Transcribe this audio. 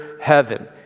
heaven